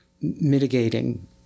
mitigating